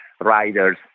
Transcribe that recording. riders